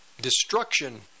destruction